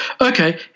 okay